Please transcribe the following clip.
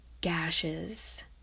gashes